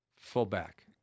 Fullback